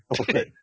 Okay